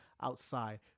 outside